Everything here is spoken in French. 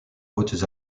hautes